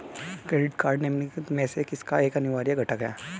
Credit card निम्नलिखित में से किसका एक अनिवार्य घटक है?